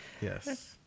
yes